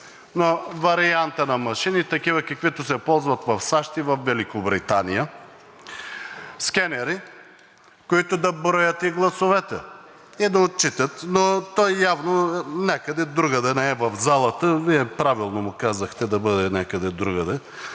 на варианта на машини, такива каквито се ползват в САЩ и във Великобритания – скенери, които да броят гласовете и да отчитат, но той явно е някъде другаде, не е в залата и Вие правилно му казахте да бъде някъде другаде.